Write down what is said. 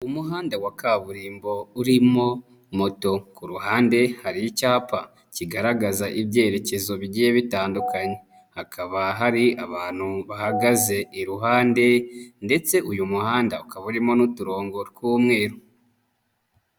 Umuhanda wa kaburimbo urimo moto ku ruhande hari icyapa kigaragaza ibyerekezo bigiye bitandukanye. Hakaba hari abantu bahagaze iruhande ndetse uyu muhanda ukaba urimo n'uturongo tw'umweru.